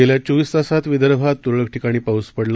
गेल्या चोवीस तासात विदर्भात तुरळक ठिकाणी पाऊस पडला